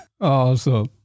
Awesome